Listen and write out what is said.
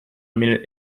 minute